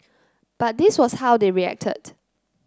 but this was how they reacted